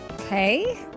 Okay